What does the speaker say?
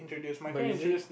but is it